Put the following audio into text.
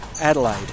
Adelaide